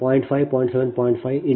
5 0